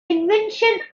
invention